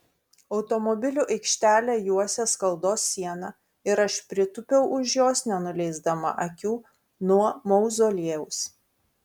automobilių aikštelę juosė skaldos siena ir aš pritūpiau už jos nenuleisdama akių nuo mauzoliejaus